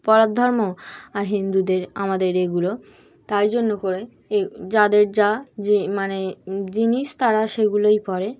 পরের ধর্ম আর হিন্দুদের আমাদের এগুলো তাই জন্য করে এ যাদের যা যে মানে জিনিস তারা সেগুলোই পড়ে